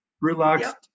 Relaxed